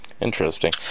Interesting